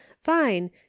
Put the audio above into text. fine